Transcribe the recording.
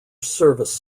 service